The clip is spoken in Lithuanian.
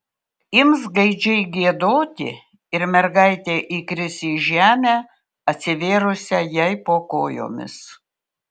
ims gaidžiai giedoti ir mergaitė įkris į žemę atsivėrusią jai po kojomis